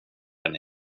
den